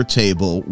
table